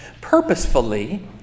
purposefully